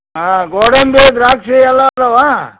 ಆ ಗೋಡಂಬಿ ದ್ರಾಕ್ಷಿ ಎಲ್ಲ ಅದವಾ